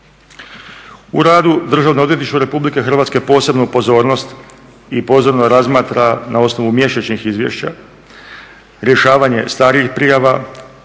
U radu Državno odvjetništvo RH posebnu pozornost i pozorno razmatra na osnovu mjesečnih izvješća rješavanje starijih prijava,